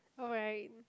alright